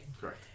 Correct